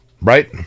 Right